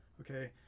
okay